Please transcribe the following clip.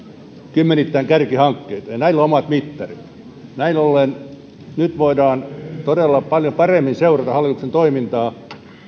kymmenittäin kärkihankkeita ja näillä omat mittarit niin näin ollen nyt voidaan todella paljon paremmin seurata hallituksen toimintaa